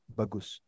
bagus